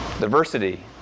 Diversity